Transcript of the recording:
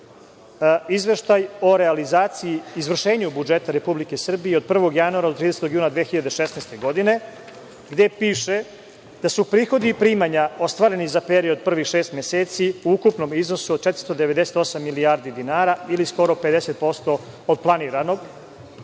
izveštaj o realizaciji izvršenja budžeta Republike Srbije od 1. januara do 30. juna 2016. godine, gde piše da su prihodi i primanja ostvareni za period prvih šest meseci, u ukupnom iznosu 498 milijardi dinara ili skoro 50% od planiranog,